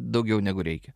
daugiau negu reikia